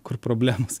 kur problemos